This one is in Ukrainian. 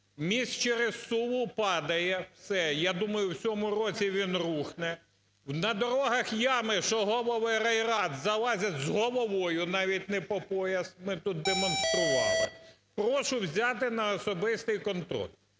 Міст через Сулу падає, все, я думаю, в цьому році він рухне. На дорогах ями, що голови райрад залазять з головою, навіть не по пояс, ми тут демонстрували. Прошу взяти на особистий контроль.